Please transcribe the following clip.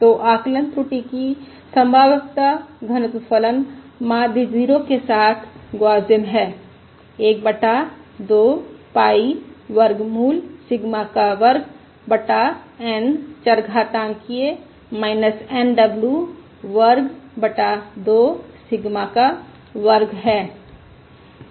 तो आकलन त्रुटि की संभाव्यता घनत्व फलन माध्य 0 के साथ गौसियन है 1 बटा 2 पाई वर्गमूल सिग्मा का वर्ग बटा N चरघातांकिय़ Nw वर्ग बटा 2 सिग्मा का वर्ग है